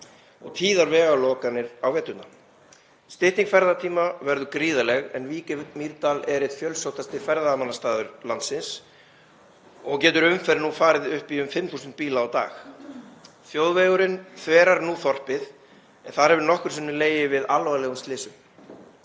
og tíðar vegarlokanir á veturna. Stytting ferðatíma verður gríðarleg en Vík í Mýrdal er einn fjölsóttasti ferðamannastaður landsins og getur umferð nú farið upp í um 5.000 bíla á dag. Þjóðvegurinn þverar nú þorpið en þar hefur nokkrum sinnum legið við alvarlegum slysum.